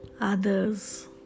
others